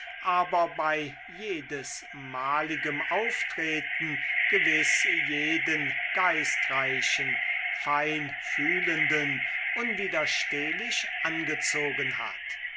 aber bei jedesmaligem auftreten gewiß jeden geistreichen feinfühlenden unwiderstehlich angezogen hat